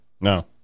no